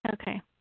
Okay